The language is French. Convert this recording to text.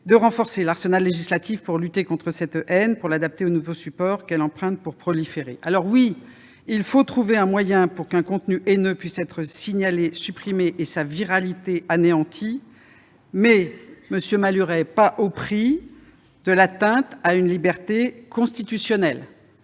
de renforcer l'arsenal législatif dédié à cette lutte, pour l'adapter aux nouveaux supports que cette haine emprunte pour proliférer. Oui, il faut trouver un moyen pour qu'un contenu haineux puisse être signalé, supprimé, et sa viralité anéantie. Mais, monsieur Malhuret, pas au prix de l'atteinte à une liberté constitutionnelle